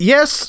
Yes